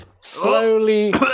Slowly